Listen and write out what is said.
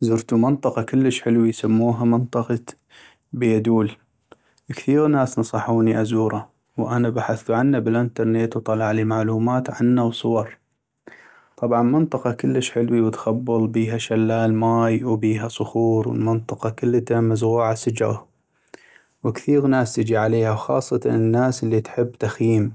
زرتو منطقة كلش حلوي يسموها منطقة بيدول ، كثيغ ناس نصحوني أزوره ، وانا بحثتو عنا بالانترنت وطلعلي معلومات عنا وصور ، طبعا منطقة كلش حلوي وتخبل ، بيها شلال ماي وبيها صخور و المنطقة كلتا مزغوعا سجغ ، وكثيغ ناس تجي عليها وخاصة الناس اللي تحب تخييم